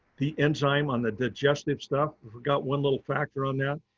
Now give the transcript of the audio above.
the enzyme on the digestive stuff, i forgot one little factor on that.